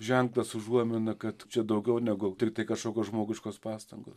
ženklas užuomina kad čia daugiau negu tiktai kažkokios žmogiškos pastangos